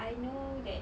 I know that